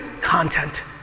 content